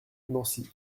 nancy